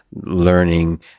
learning